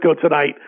tonight